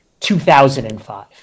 2005